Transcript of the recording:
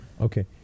Okay